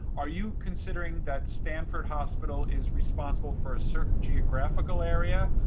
are you considering that stanford hospital is responsible for a certain geographical area?